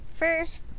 first